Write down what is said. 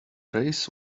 race